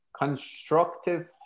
constructive